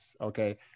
okay